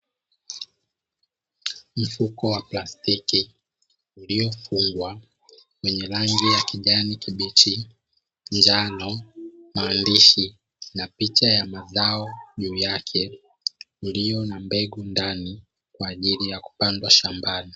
Mfuko wa plastiki uliofungwa wenye rangi ya kijani kibichi, njano, maandishi na picha ya mazao juu yake; iliyo na mbegu ndani kwa ajili ya kupandwa shambani.